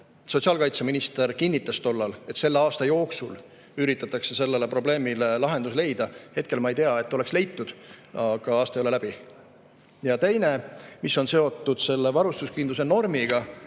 Sotsiaalkaitseminister kinnitas tollal, et selle aasta jooksul üritatakse probleemile lahendus leida. Hetkel ma ei tea, et oleks leitud, aga aasta ei ole läbi. Ja teine [küsimus], mis on seotud varustuskindluse normiga.